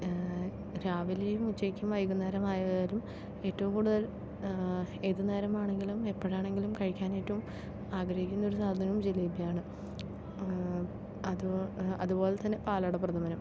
രാവിലെയും ഉച്ചയ്ക്കും വൈകുന്നേരമായാലും ഏറ്റവും കൂടുതൽ ഏത് നേരം വേണമെങ്കിലും എപ്പോഴാണെങ്കിലും കഴിക്കാൻ ഏറ്റവും ആഗ്രഹിക്കുന്ന സാധനം ജിലേബിയാണ് അതുപോലെ അതുപോലെത്തന്നെ പാലടപ്രഥമനും